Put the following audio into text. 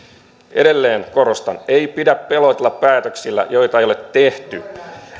edelleen korostan ei pidä pelotella päätöksillä joita ei ole tehty